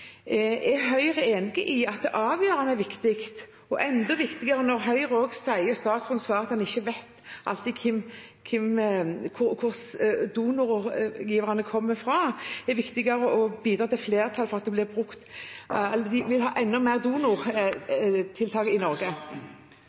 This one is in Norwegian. Er Høyre enig i at dette er avgjørende viktig, og enda viktigere når Høyres statsråd svarer at han ikke alltid vet hvor donorgiverne kommer fra. Det er viktigere å bidra til flertall for at det blir enda flere donortiltak i Norge.